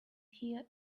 here